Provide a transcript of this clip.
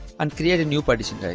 and create a new partition guys i